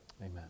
Amen